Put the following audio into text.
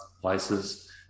places